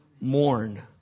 Mourn